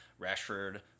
Rashford